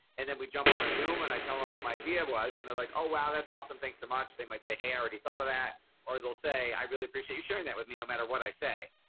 and then we jump on a zoom and i tell them what my idea was and they're like oh wow that's awesome thanks so much. they might say hey i already thought of that or they'll say i really appreciate you sharing that with me no matter what i say.